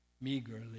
meagerly